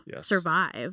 survive